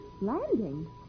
Landing